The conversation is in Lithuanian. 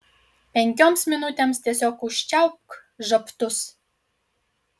penkioms minutėms tiesiog užčiaupk žabtus